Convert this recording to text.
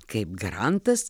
kaip garantas